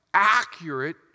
Accurate